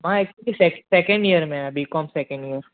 मां actually second second year में आहियां बी कॉम सेकिंड ईयर